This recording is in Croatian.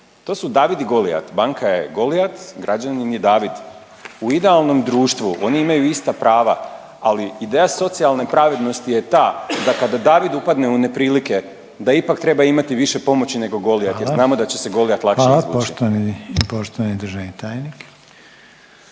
to su David i Golijat, banka je Golijat, građani ni David. U idealnom društvu oni imaju ista prava, ali ideja socijalne pravednosti je ta da kada David upadne u neprilike, da ipak treba imati više pomoći nego Golijat jer znamo da će se Golijat lakše izvući. **Reiner, Željko